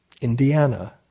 Indiana